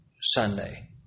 Sunday